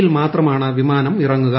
ൽ മാത്രമാണ് വിമാനം ഇറങ്ങുക